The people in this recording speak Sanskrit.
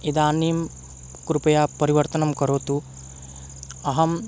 इदानीं कृपया परिवर्तनं करोतु अहं